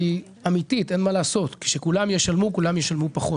זה שכשכולם משלמים אז כולם משלמים פחות.